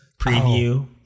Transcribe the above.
preview